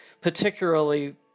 particularly